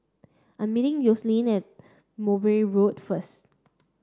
I'm meeting Yoselin at Mowbray Road first